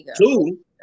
Two